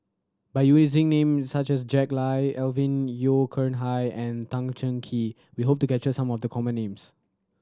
by using name such as Jack Lai Alvin Yeo Khirn Hai and Tan Cheng Kee we hope to capture some of the common names